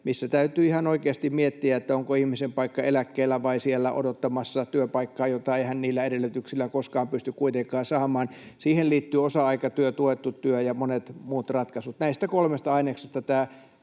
missä täytyy ihan oikeasti miettiä, onko ihmisen paikka eläkkeellä vai siellä odottamassa työpaikkaa, jota hän ei niillä edellytyksillä koskaan pysty kuitenkaan saamaan. Siihen liittyvät osa-aikatyö, tuettu työ ja monet muut ratkaisut. Näistä kolmesta aineksesta tämä